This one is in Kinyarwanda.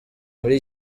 muri